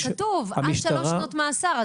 אבל כתוב עד שלוש שנות מאסר.